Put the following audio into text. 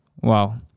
Wow